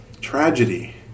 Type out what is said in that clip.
tragedy